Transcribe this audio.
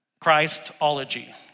Christology